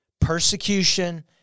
persecution